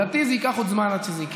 לדעתי, זה ייקח עוד זמן עד שזה יקרה.